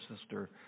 sister